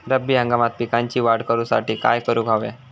रब्बी हंगामात पिकांची वाढ करूसाठी काय करून हव्या?